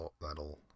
that'll